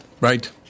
Right